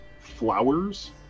flowers